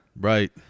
right